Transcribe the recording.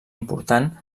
important